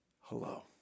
hello